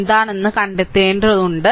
എന്താണെന്ന് കാണേണ്ടതുണ്ട്